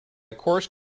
course